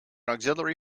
auxiliary